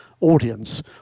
audience